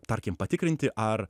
tarkim patikrinti ar